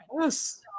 yes